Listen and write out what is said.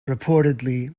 reportedly